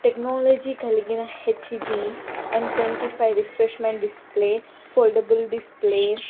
technology కలిగిన HD one twenty five refreshment display foldable display